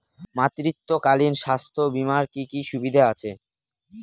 মাতৃত্বকালীন স্বাস্থ্য বীমার কি কি সুবিধে আছে?